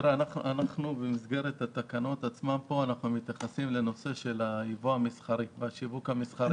במסגרת התקנות אנחנו מתייחסים לייבוא המסחרי ולשיווק המסחרי.